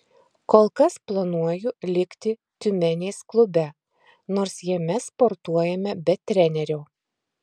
kol kas planuoju likti tiumenės klube nors jame sportuojame be trenerio